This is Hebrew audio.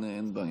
כן.